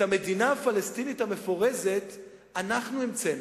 את המדינה הפלסטינית המפורזת אנחנו המצאנו,